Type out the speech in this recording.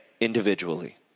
individually